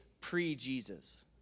pre-Jesus